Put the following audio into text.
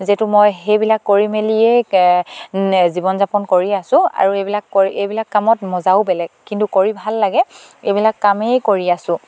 যিহেতু মই সেইবিলাক কৰি মেলিয়েই জীৱন যাপন কৰি আছোঁ আৰু এইবিলাক কৰি এইবিলাক কামত মজাও বেলেগ কিন্তু কৰি ভাল লাগে এইবিলাক কামেই কৰি আছোঁ